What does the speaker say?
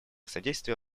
содействие